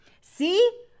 See